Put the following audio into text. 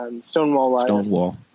Stonewall